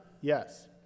Yes